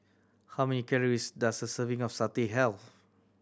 how many calories does a serving of satay have